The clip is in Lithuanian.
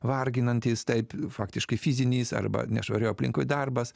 varginantis taip faktiškai fiziniais arba nešvarioj aplinkoj darbas